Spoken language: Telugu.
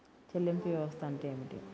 చెల్లింపు వ్యవస్థ అంటే ఏమిటి?